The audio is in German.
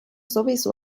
sowieso